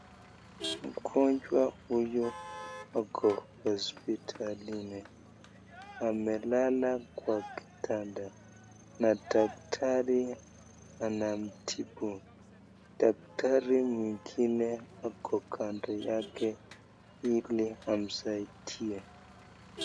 Mgonjwa huyu ako hosiptalini, amelala kwa kitanda na daktari anamtibu. Daktari mwingine ako kando yake ili amsaidie.